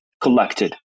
collected